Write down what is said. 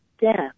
death